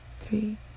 three